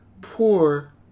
poor